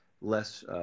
less